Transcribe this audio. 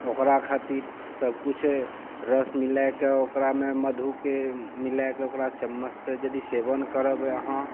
ओकरा खातिर सब किछु रस मिलाय कऽ ओकरामे मधुके मिलाके ओकरा चम्मचसँ यदि सेवन करब अहाँ